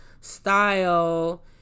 style